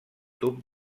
tub